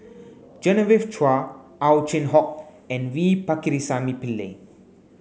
Genevieve Chua Ow Chin Hock and V Pakirisamy Pillai